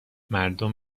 مردم